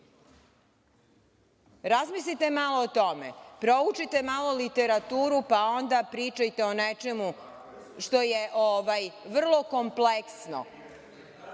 Razmislite malo o tome. Proučite malo literaturu, pa onda pričajte o nečemu što je vrlo kompleksno. Treća